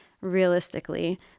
realistically